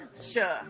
Sure